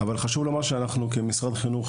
אבל חשוב לי לומר שאנחנו כמשרד חינוך